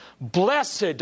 Blessed